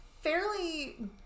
fairly